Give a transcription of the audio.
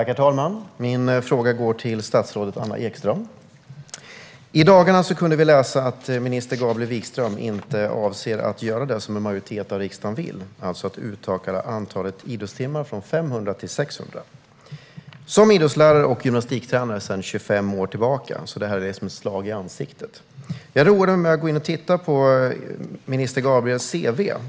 Herr talman! Min fråga går till statsrådet Anna Ekström. I dagarna kunde vi läsa att minister Gabriel Wikström inte avser att göra det som en majoritet av riksdagen vill, nämligen att utöka antalet idrottstimmar från 500 till 600. För mig som idrottslärare och gymnastiktränare sedan 25 år tillbaka är det här som ett slag i ansiktet. Jag roade mig med att gå in och titta på minister Gabriels cv.